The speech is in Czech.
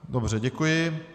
Dobře, děkuji.